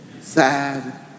sad